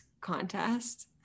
contest